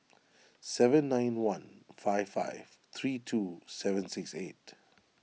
seven nine one five five three two seven six eight